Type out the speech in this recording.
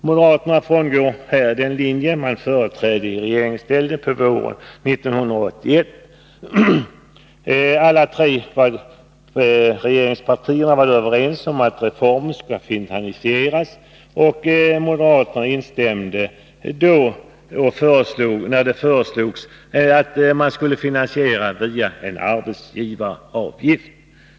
Moderaterna frångår här den linje man företrädde i regeringsställning på våren 1981. Alla de tre dåvarande regeringspartierna var då överens om att reformen skulle finansieras, och moderaterna instämde när det föreslogs att detta skulle ske via en arbetsgivaravgift.